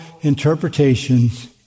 interpretations